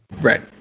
Right